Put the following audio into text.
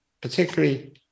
particularly